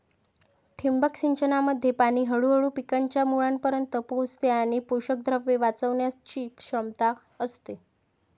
ठिबक सिंचनामध्ये पाणी हळूहळू पिकांच्या मुळांपर्यंत पोहोचते आणि पोषकद्रव्ये वाचवण्याची क्षमता असते